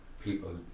people